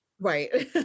Right